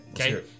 Okay